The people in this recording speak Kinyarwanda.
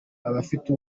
abafite